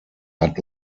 hat